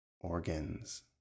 organs